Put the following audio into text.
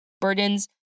burdens